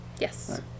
Yes